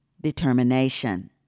determination